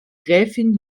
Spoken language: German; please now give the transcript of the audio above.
gräfin